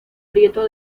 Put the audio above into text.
prieto